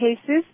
cases